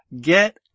get